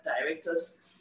directors